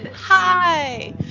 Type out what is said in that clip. Hi